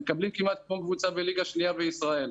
הם מקבלים כמעט כל קבוצה בליגה השנייה בישראל.